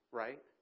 right